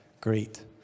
great